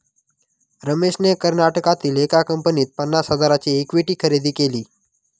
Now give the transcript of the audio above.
रमेशने कर्नाटकातील एका कंपनीत पन्नास हजारांची इक्विटी खरेदी केली